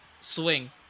Swing